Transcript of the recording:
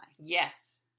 Yes